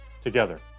together